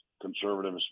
conservative